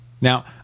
Now